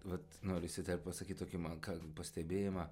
vat norisi dar pasakyt tokį man ką pastebėjimą